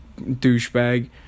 douchebag